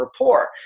rapport